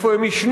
איפה הם יישנו?